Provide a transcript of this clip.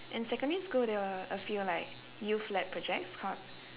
in secondary there were a few like youth led projects called